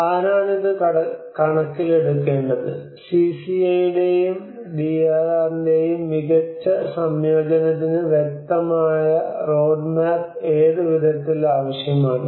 ആരാണ് ഇത് കണക്കിലെടുക്കേണ്ടത് സിസിഎയുടെയും ഏത് വിധത്തിൽ ആവശ്യമാണ്